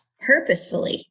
purposefully